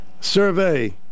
Survey